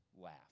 laugh